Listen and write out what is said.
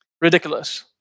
Ridiculous